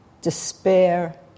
despair